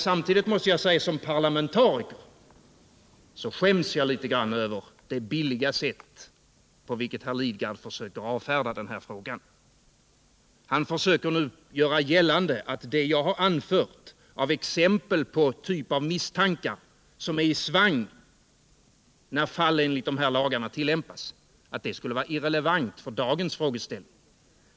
Samtidigt måste jag som parlamentariker säga att jag skäms litet grand över det billiga sätt på vilket herr Lidgard försöker avfärda den här frågan. Han försöker nu göra gällande att det jag anfört av exempel på misstankar av typ som är i svang när fall enligt dessa lagar behandlas skulle vara irrelevant för dagens frågeställning.